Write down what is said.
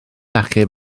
achub